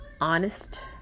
honest